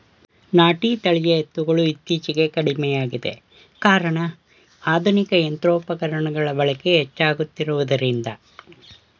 ನಾಟಿ ತಳಿಯ ಎತ್ತುಗಳು ಇತ್ತೀಚೆಗೆ ಕಡಿಮೆಯಾಗಿದೆ ಕಾರಣ ಆಧುನಿಕ ಯಂತ್ರೋಪಕರಣಗಳ ಬಳಕೆ ಹೆಚ್ಚಾಗುತ್ತಿರುವುದರಿಂದ